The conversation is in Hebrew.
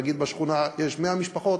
נגיד בשכונה יש 100 משפחות,